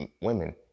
women